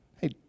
hey